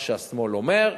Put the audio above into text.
מה שהשמאל אומר,